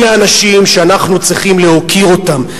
אלה האנשים שאנחנו צריכים להוקיר אותם.